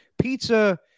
Pizza